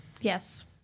Yes